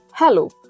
Hello